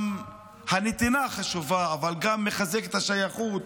גם הנתינה חשובה, אבל גם מחזקת את השייכות,